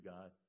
God